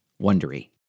wondery